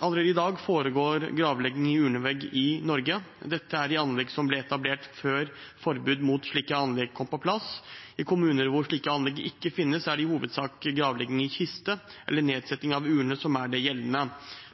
Allerede i dag foregår gravlegging i urnevegg i Norge. Dette er i anlegg som ble etablert før forbudet mot slike anlegg kom på plass. I kommuner hvor slike anlegg ikke finnes, er det i hovedsak gravlegging i kiste eller nedsetting av urne som er det gjeldende.